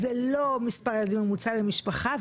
זה לא מספר הילדים הממוצע למשפחה,